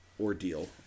ordeal